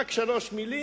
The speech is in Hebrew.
רק שלוש מלים.